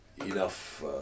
enough